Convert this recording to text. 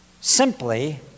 simply